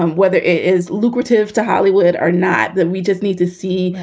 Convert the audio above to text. um whether it is lucrative to hollywood or not, that we just need to see.